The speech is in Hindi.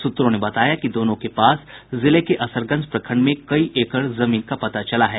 सूत्रों ने बताया कि दोनों के पास जिले के असरगंज प्रखंड में कई एकड़ जमीन का पता चला है